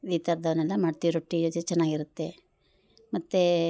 ಈತರ್ದನ್ನೆಲ್ಲ ಮಾಡ್ತೀವಿ ರೊಟ್ಟಿಯ ಜೊ ಚೆನ್ನಾಗ್ ಇರುತ್ತೆ ಮತ್ತು